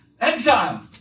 Exile